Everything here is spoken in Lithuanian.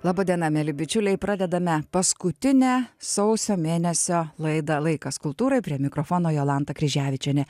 laba diena mieli bičiuliai pradedame paskutinę sausio mėnesio laidą laikas kultūrai prie mikrofono jolanta kryževičienė